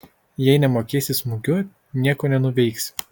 jei nemokėsi smūgiuot nieko nenuveiksi